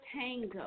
Tango